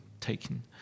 taken